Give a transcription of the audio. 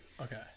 Okay